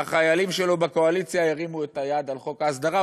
והחיילים שלו בקואליציה הרימו את היד על חוק ההסדרה.